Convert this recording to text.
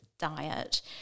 diet